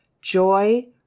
joy